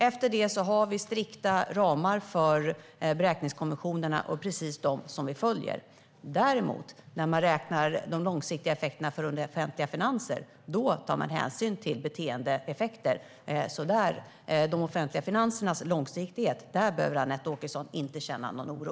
Efter det har vi strikta ramar för beräkningskonventionerna. Det är precis de som vi följer. När man däremot beräknar de långsiktiga effekterna för offentliga finanser tar man hänsyn till beteendeeffekter. När det gäller de offentliga finansernas långsiktighet behöver Anette Åkesson inte känna någon oro.